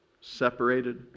separated